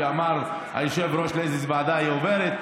ואמר היושב-ראש לאיזו ועדה היא עוברת.